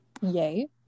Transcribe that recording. yay